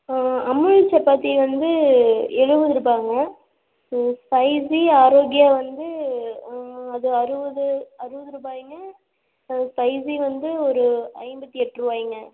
அமுல் சப்பாத்தி வந்து எழுபது ரூபாங்க ம் ஸ்பைசி ஆரோக்கியா வந்து அது அறுபது அறுபது ருபாய்ங்க ஸ்பைசி வந்து ஒரு ஐம்பத்தி எட்டுரூவாய்ங்க